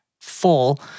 full